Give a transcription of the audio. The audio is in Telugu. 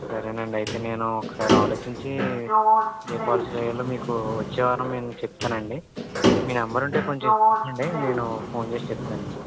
సరేనండి అయితే నేను ఒకసారి ఆలోచించి ఏ పాలసీ వేయాలో మీకు వచ్చే వారం నేను చెప్తానండి మీ నంబర్ ఉంటే కొంచం ఇవ్వండి నేను ఫోన్ చేసి చెప్తాను మీకు